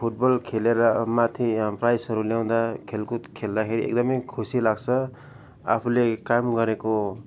football खेलेर माथि प्राइजहरू ल्याउँदा खेलकुद खेल्दाखेरि एकदमै खुसी लाग्छ आफूले काम गरेको